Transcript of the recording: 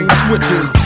switches